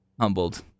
humbled